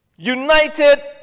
United